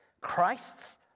Christ's